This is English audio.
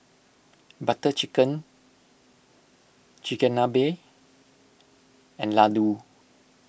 Butter Chicken Chigenabe and Ladoo